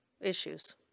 issues